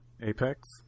apex